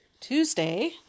Tuesday